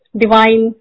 divine